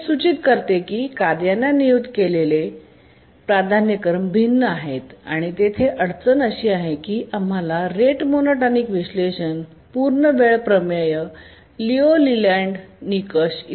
हे सूचित करते की कार्यांना नियुक्त केलेले प्राधान्यक्रम भिन्न आहेत आणि येथे अडचण अशी आहे की आम्हाला रेट मोनोटोनिक विश्लेषण पूर्ण वेळ प्रमेय लियू लेलँड निकष इ